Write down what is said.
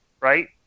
right